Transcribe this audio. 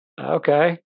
Okay